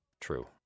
True